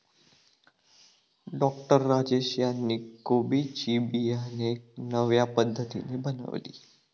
doctor Rajesh यांनी कोबी ची बियाणे नव्या पद्धतीने बनवली